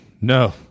no